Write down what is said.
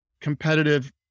competitive